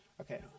Okay